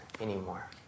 anymore